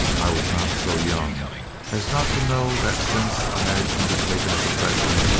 i was not so young as not to know that since i had undertaken a profession,